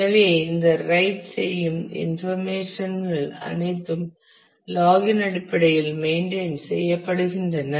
எனவே இந்த ரைட் செய்யும் இன்ஃபர்மேஷன் கள் அனைத்தும் லாக் இன் அடிப்படையில் மெயின்டெயின் செய்யப்படுகின்றன